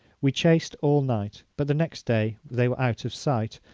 we chased all night but the next day they were out of sight,